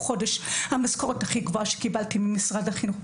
המשכורת הכי גבוהה שקיבלתי ממשרד החינוך.